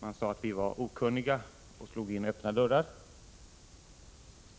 Det sades att vi var okunniga och slog in öppna dörrar, och